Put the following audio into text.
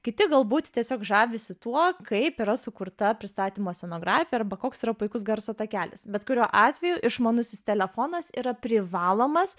kiti galbūt tiesiog žavisi tuo kaip yra sukurta pristatymo scenografija arba koks yra puikus garso takelis bet kuriuo atveju išmanusis telefonas yra privalomas